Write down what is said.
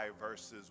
verses